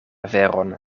veron